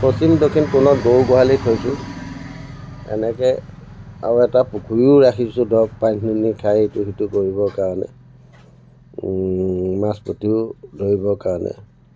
পশ্চিম দক্ষিণ কোণত গৰু গোহালি থৈছোঁ এনেকৈ আৰু এটা পুখুৰীও ৰাখিছোঁ ধৰক পানী দুনি খাই ইটো সিটো কৰিবৰ কাৰণে মাছ পুথিও ধৰিবৰ কাৰণে